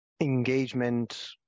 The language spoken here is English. engagement